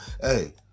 Hey